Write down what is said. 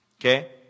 Okay